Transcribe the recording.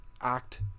act